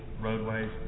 roadways